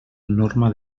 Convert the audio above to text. norma